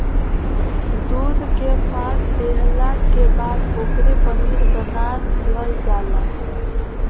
दूध के फार देला के बाद ओकरे पनीर बना दीहल जला